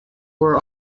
were